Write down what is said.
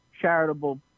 charitable